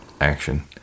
action